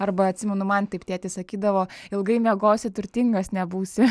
arba atsimenu man taip tėtis sakydavo ilgai miegosi turtingas nebūsi